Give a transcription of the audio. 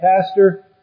Pastor